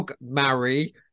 marry